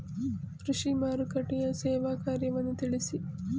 ಕೃಷಿ ಮಾರುಕಟ್ಟೆಯ ಸೇವಾ ಕಾರ್ಯವನ್ನು ತಿಳಿಸಿ?